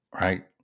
right